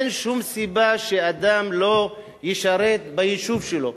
אין שום סיבה שאדם לא ישרת ביישוב שלו,